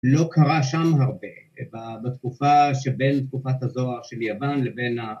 לא קרה שם הרבה בתקופה שבין תקופת הזוהר של יוון לבין